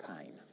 pain